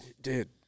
Dude